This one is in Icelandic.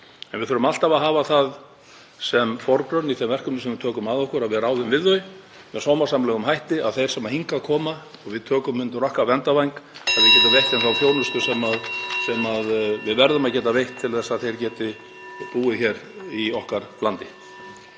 En við þurfum alltaf að hafa það sem forgrunn, í þeim verkefnum sem við tökum að okkur, að við ráðum við þau með sómasamlegum hætti þannig að þeir sem hingað koma og við tökum undir okkar verndarvæng (Forseti hringir.) fái þá þjónustu sem við verðum að geta veitt til að þeir geti búið hér í okkar landi.